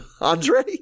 Andre